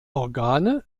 organe